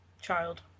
Child